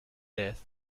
death